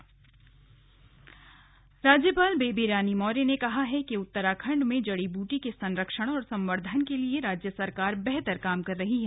slug जड़ी बूटी दिवस राज्यपाल बेबी रानी मौर्य ने कहा है कि उत्तराखंड में जड़ी बूटी के संरक्षण और संवर्धन के लिए राज्य सरकार बेहतर काम कर रही है